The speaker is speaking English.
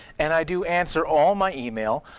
and i do answer all my email.